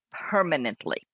permanently